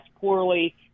poorly